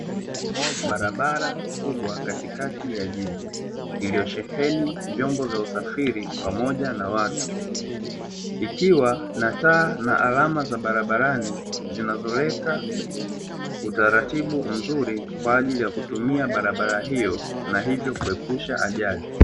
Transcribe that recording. Barabara kubwa katikati ya jiji iliyosheheni vyombo vya usafiri pamoja na watu, ikiwa na taa na alama za barabarani zinazoweka utaratibu mzuri kwa ajili ya kutumia barabara hiyo, na hivyo kuepusha ajali.